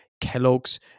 Kellogg's